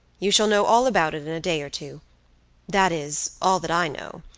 you shall know all about it in a day or two that is, all that i know.